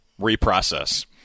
Reprocess